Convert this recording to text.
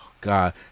God